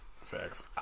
Facts